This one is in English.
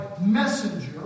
messenger